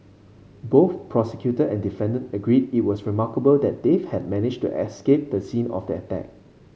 both prosecutor and defendant agreed it was remarkable that Dave had managed to escape the scene of the attack